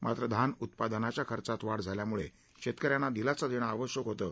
मात्र धान उत्पादनाच्या खर्चात वाढ झाल्यामुळे शेतकऱ्यांना दिलासा देणं आवश्यक होतं